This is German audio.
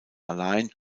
allein